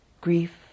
grief